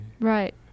Right